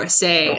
say